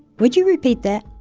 would you repeat that?